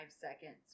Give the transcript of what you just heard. seconds